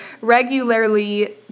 regularly